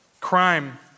crime